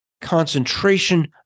concentration